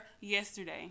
yesterday